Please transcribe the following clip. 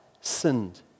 sinned